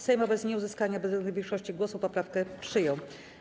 Sejm wobec nieuzyskania bezwzględnej większości głosów poprawkę przyjął.